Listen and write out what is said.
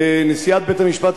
נשיאת בית-המשפט,